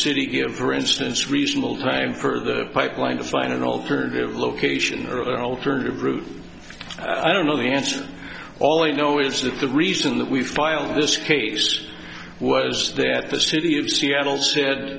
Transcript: city give for instance reasonable time for the pipeline to find an alternative location or an alternative route i don't know the answer all i know is that the reason that we filed this case was that the city of seattle said